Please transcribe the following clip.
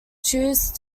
choose